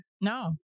No